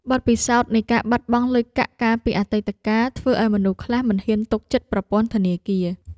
បទពិសោធន៍នៃការបាត់បង់លុយកាក់កាលពីអតីតកាល ធ្វើឱ្យមនុស្សខ្លះមិនហ៊ានទុកចិត្តប្រព័ន្ធធនាគារ។